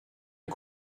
est